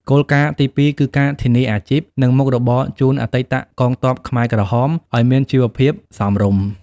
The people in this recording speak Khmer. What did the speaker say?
គោលការណ៍ទីពីរ គឺការធានាអាជីព និងមុខរបរជូនអតីតកងទ័ពខ្មែរក្រហមឱ្យមានជីវភាពសមរម្យ។